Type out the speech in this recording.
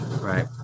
right